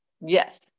Yes